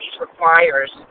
requires